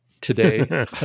today